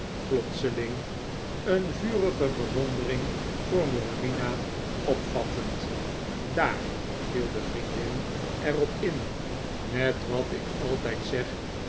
plotseling een vurige bewondering voor morlina opvattend daar viel de vriendin er op in net wat ik altijd zeg